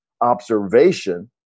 observation